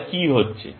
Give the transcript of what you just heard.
তাহলে কী হচ্ছে